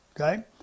okay